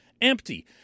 empty